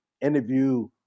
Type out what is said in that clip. interview